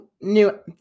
new